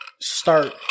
start